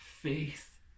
faith